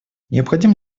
необходим